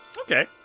Okay